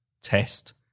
test